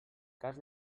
cas